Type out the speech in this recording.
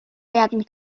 werden